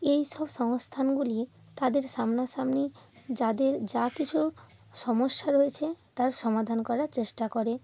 এই সব সংস্থানগুলি তাদের সামনাসামনি যাদের যা কিছু সমস্যা রয়েছে তার সমাধান করার চেষ্টা করে